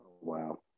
Wow